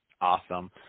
Awesome